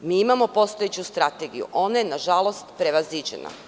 Mi imamo postojeću strategiju, ona je nažalost prevaziđena.